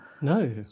No